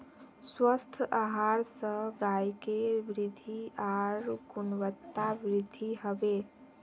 स्वस्थ आहार स गायकेर वृद्धि आर गुणवत्तावृद्धि हबे